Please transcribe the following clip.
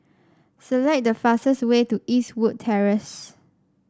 select the fastest way to Eastwood Terrace